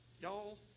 Y'all